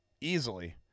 easily